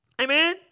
Amen